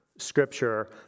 scripture